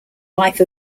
life